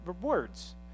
words